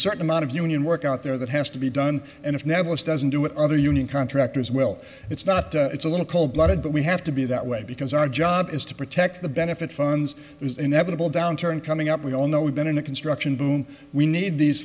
certain amount of union work out there that has to be done and if nablus doesn't do what other union contractors well it's not it's a little cold blooded but we have to be that way because our job is to protect the benefit funds is inevitable downturn coming up we all know we've been in the construction boom we need these